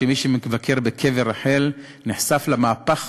שמי שמבקר בקבר רחל נחשף למהפך